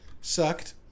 sucked